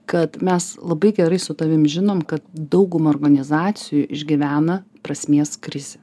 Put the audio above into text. kad mes labai gerai su tavim žinom kad dauguma organizacijų išgyvena prasmės krizę